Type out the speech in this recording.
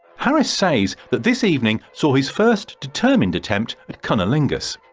harris says that this evening saw his first determined attempt at cunnilingus,